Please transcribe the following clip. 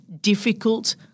difficult